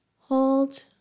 Hold